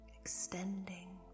extending